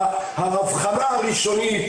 האבחנה הראשונית,